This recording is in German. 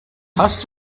hast